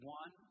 one